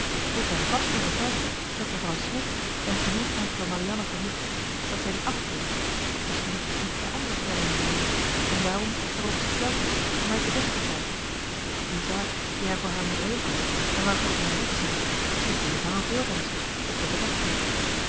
ik ben vast overtuigd dat mevrouw smith zijn genegenheid voor marianne vermoedt dat zij die afkeurt misschien omdat zij andere plannen met hem heeft en daarom erop gesteld is hem uit den weg te krijgen die zaak die hij voor haar moet regelen en waarvoor ze hem wegzendt is natuurlijk maar een voorwendsel dat zij bedacht heeft